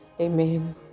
Amen